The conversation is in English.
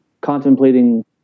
contemplating